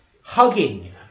hugging